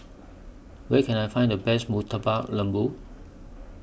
Where Can I Find The Best Murtabak Lembu